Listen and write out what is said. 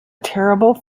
terrible